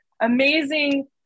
amazing